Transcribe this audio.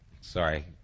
Sorry